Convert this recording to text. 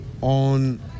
on